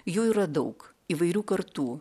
jų yra daug įvairių kartų